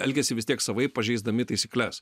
elgiasi vis tiek savaip pažeisdami taisykles